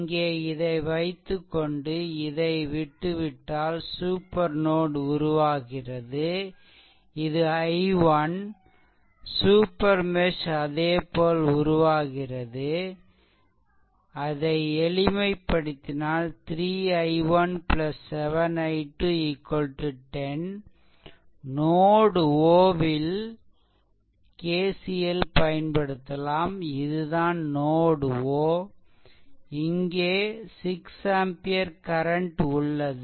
இங்கே இதை வைத்துக்கொண்டு இதைவிட்டு விட்டால் சூப்பர் நோட் உருவாகிறது இது I1 சூப்பர் மெஷ் அதேபோல் உருவாகிறது இதை எளிமைபடுத்தினால் 3 I1 7 I2 10 நோட் O ல் ல் KCL பயன்படுத்தலாம் இது தான் நோட் O இங்கே 6 ஆம்பியர் கரண்ட் உள்ளது